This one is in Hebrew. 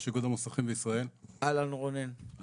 אנחנו